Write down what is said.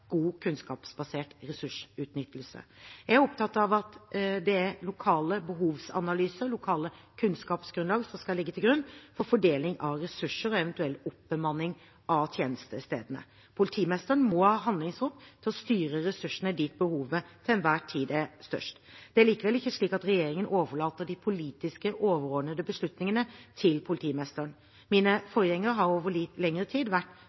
god, kunnskapsbasert ressursutnyttelse. Jeg er opptatt av at det er lokale behovsanalyser, lokale kunnskapsgrunnlag, som skal ligge til grunn for fordeling av ressurser og eventuell oppbemanning av tjenestestedene. Politimesteren må ha handlingsrom til å styre ressursene dit behovet til enhver tid er størst. Det er likevel ikke slik at regjeringen overlater de politiske, overordnede beslutningene til politimesteren. Mine forgjengere har over lengre tid vært